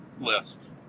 list